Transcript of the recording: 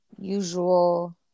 usual